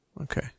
Okay